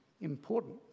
important